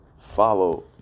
follow